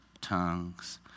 tongues